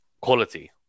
Quality